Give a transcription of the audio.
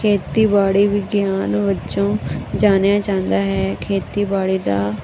ਖੇਤੀਬਾੜੀ ਵਿਗਿਆਨ ਵਜੋਂ ਜਾਣਿਆ ਜਾਂਦਾ ਹੈ ਖੇਤੀਬਾੜੀ ਦਾ